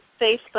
Facebook